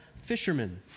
fishermen